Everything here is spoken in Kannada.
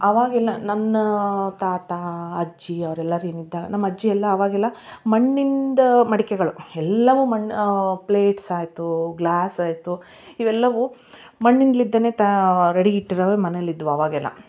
ಅವಾಗೆಲ್ಲ ನನ್ನಾ ತಾತಾ ಅಜ್ಜಿ ಅವರೆಲ್ಲರ್ಗಿಂತ ನಮ್ಮ ಅಜ್ಜಿ ಎಲ್ಲ ಅವಾಗೆಲ್ಲ ಮಣ್ಣಿಂದ ಮಡಿಕೆಗಳು ಎಲ್ಲವೂ ಮಣ್ಣು ಪ್ಲೇಟ್ಸ್ ಆಯಿತು ಗ್ಲಾಸ್ ಆಯಿತು ಇವೆಲ್ಲವು ಮಣ್ಣಿಂದ್ಲಿಂದಲೇ ತಾ ರೆಡಿ ಇಟ್ಟಿರೋವೆ ಮನೆಯಲ್ ಇದ್ವು ಅವಾಗೆಲ್ಲ